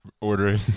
ordering